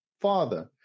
father